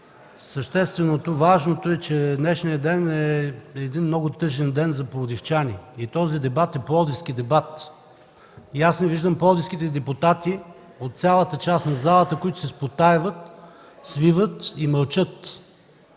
Същественото, важното е, че днешният ден е един много тъжен ден за пловдичани. Този дебат е пловдивски дебат. Не виждам пловдивските депутати от цялата част на залата, които се спотайват, свиват и мълчат.